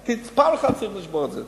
כי פעם אחת צריך לשבור את זה.